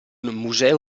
museo